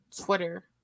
Twitter